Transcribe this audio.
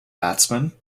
batsman